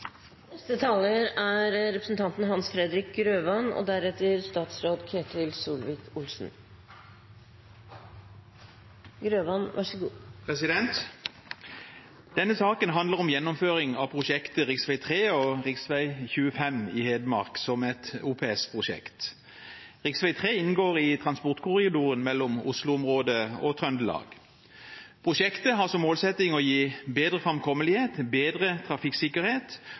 Denne saken handler om gjennomføring av prosjektet rv. 3/rv. 25 i Hedmark som et OPS-prosjekt. Riksvei 3 inngår i transportkorridoren mellom Oslo-området og Trøndelag. Prosjektet har som målsetting å gi bedre framkommelighet, bedre trafikksikkerhet